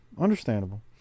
Understandable